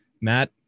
Matt